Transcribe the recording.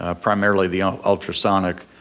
ah primarily the um ultrasonic,